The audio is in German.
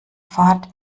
fahrt